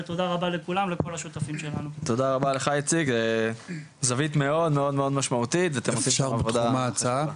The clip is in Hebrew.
ולתת להם סל שיאפשר להם להיקלט בתעסוקה.